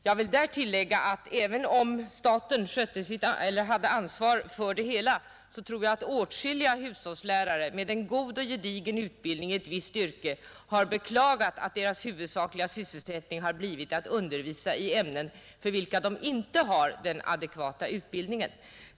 Jag vill tillägga, att även om staten hade ansvar för det hela tror jag att åtskilliga hushållslärare med en god och gedigen utbildning i ett visst yrke har beklagat att deras huvudsakliga sysselsättning har blivit att undervisa i ämnen för vilka de inte har den adekvata utbildningen.